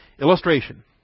Illustration